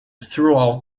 throughout